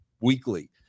weekly